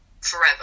forever